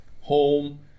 home